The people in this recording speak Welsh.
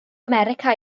america